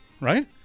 right